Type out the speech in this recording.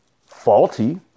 Faulty